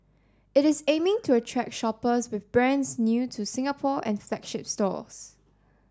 it is aiming to attract shoppers with brands new to Singapore and flagship stores